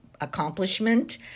accomplishment